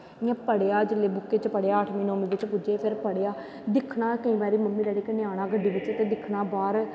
इयां पढ़ेआ बुक्क च पढ़ेआ जिसलै अठमीं नौमीं त पुज्जे पढ़ेआ दिक्खनां केंई बारी गड्डी बिच्च आनां मम्मी डैड़ी कन्नै आनां बाह्र